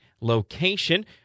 location